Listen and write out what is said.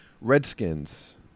Redskins